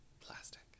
Plastic